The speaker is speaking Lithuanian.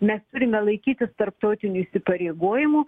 mes turime laikytis tarptautinių įsipareigojimų